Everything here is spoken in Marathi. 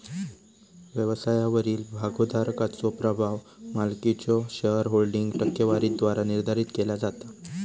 व्यवसायावरील भागोधारकाचो प्रभाव मालकीच्यो शेअरहोल्डिंग टक्केवारीद्वारा निर्धारित केला जाता